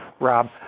Rob